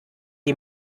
die